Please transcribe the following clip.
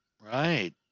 right